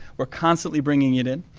we are constantly bringing it in.